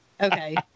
okay